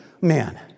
man